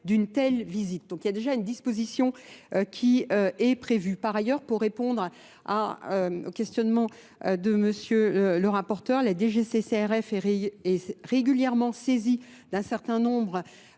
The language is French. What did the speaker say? il y a déjà une disposition qui est prévue.